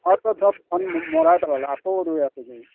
চব ধান মৰাই পেলালে আকৌ ৰুই আছো